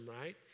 right